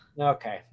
Okay